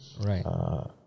Right